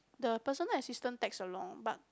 the personal assistant text a long but